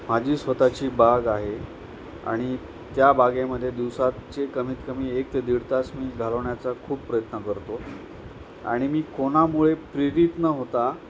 माझी स्वताची बाग आहे आणि त्या बागेमध्ये दिवसाचे कमीतकमी एक ते दीड तास मी घालवण्याचा खूप प्रयत्न करतो आणि मी कोणामुळे प्रेरित न होता